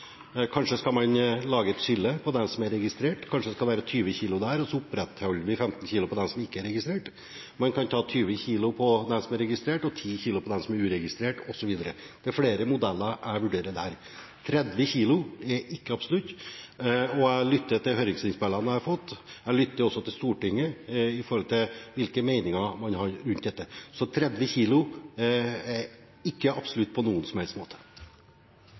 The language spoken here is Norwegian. Kanskje skal man lage et skille med 20 kilo for dem som er registrert, og opprettholde 15 kilo for dem som ikke er registrert, eller 20 kilo for dem som er registrert, og 10 kilo for dem som er uregistrert, osv. Det er flere modeller jeg vurderer der. 30 kilo er ikke absolutt, og jeg lytter til høringsinnspillene jeg har fått. Jeg lytter også til Stortinget og hvilke meninger de har om det. Så 30 kilo er ikke absolutt på noen som helst måte.